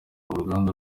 uruganda